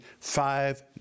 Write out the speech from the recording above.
five